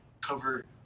cover